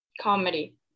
comedy